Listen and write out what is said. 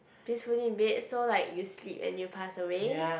peacefully in bed so like you sleep and you passed away